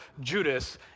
Judas